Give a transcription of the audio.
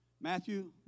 Matthew